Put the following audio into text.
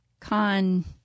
Con